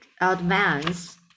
advance